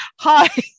Hi